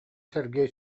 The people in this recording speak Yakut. сергей